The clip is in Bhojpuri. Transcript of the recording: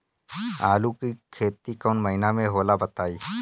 आलू के खेती कौन महीना में होला बताई?